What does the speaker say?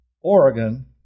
Oregon